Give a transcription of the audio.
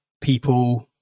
people